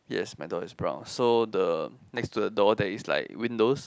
yes my door is brown so the next to the door there is like windows